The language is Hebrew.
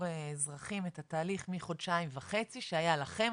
אזרחים את התהליך מחודשיים וחצי שהיה לכם,